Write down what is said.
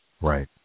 Right